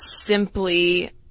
simply